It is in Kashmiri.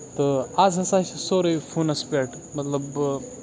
تہٕ آز ہسا چھُ سورُے فوٗنَس پٮ۪ٹھ مطلب